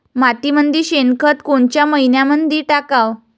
मातीमंदी शेणखत कोनच्या मइन्यामंधी टाकाव?